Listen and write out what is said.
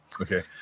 Okay